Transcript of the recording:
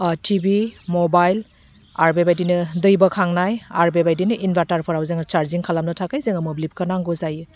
TV mobile आरो बेबायदिनो दै बोखांनाय आरो बेबायदिनो इनभारटारफोराव जोङो चारजिं खालामनो थाखै जोङो मोब्लिबखौ नांगौ जायो